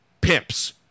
pimps